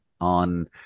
on